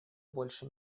больше